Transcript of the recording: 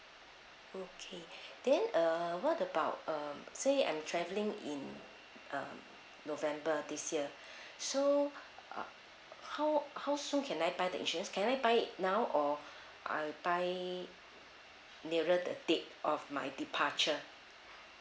okay then uh what about uh say I'm travelling in uh november this year so uh how how soon can I buy the insurance can I buy it now or I buy nearer the date of my departure